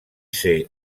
ser